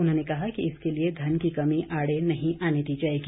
उन्होंने कहा कि इसके लिए धन की कमी आड़े नहीं आने दी जाएगी